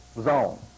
zone